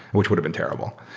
which would've been terrible.